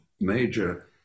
major